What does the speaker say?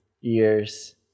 years